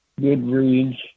Goodreads